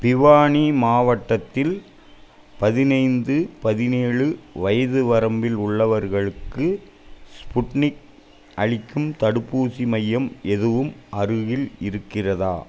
பிவானி மாவட்டத்தில் பதினைந்து பதினேழு வயது வரம்பில் உள்ளவர்களுக்கு ஸ்புட்னிக் அளிக்கும் தடுப்பூசி மையம் எதுவும் அருகில் இருக்கிறதா